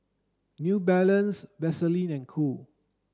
New Balance Vaseline and Cool